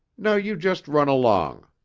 now you just run along.